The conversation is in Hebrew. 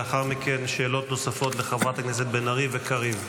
לאחר מכן שאלות נוספות לחברת הכנסת בן ארי וקריב.